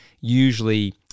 usually